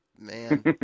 man